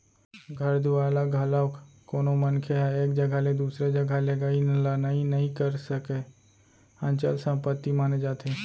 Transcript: घर दुवार ल घलोक कोनो मनखे ह एक जघा ले दूसर जघा लेगई लनई नइ करे सकय, अचल संपत्ति माने जाथे